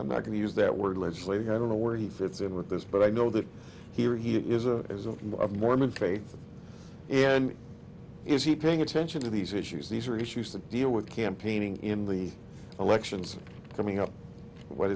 i'm not going to use that word legislating i don't know where he fits in with this but i know that here he is a mormon faith and is he paying attention to these issues these are issues to deal with campaigning in the elections coming up what